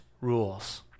rules